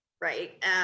right